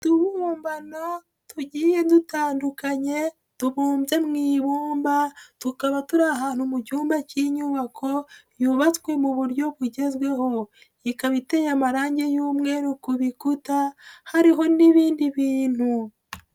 Utubumbano tugiye dutandukanye tubumbye mu ibumba, tukaba turi ahantu mu cyumba cy'inyubako, yubatswe mu buryo bugezweho, ikaba iteye amarangi y'umweru ku bikuta, hariho n'ibindi bintu.